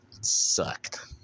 sucked